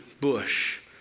bush